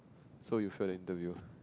so you failed the interview